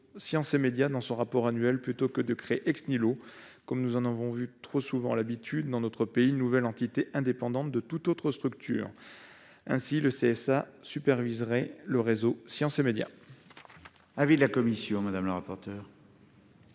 Science et médias » dans son rapport annuel, plutôt que de créer, comme nous en avons trop souvent l'habitude dans notre pays, une nouvelle entité indépendante de toute autre structure. Ainsi, le CSA superviserait le réseau « Science et médias